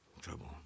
Trouble